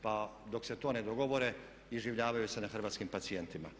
Pa dok se to ne dogovore iživljavaju se na hrvatskim pacijentima.